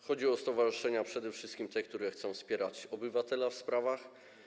Chodzi o stowarzyszenia przede wszystkim te, które chcą wspierać obywatela w sprawach.